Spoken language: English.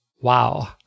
Wow